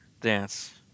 dance